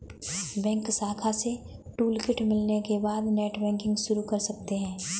bank शाखा से toolkit मिलने के बाद नेटबैंकिंग शुरू कर सकते है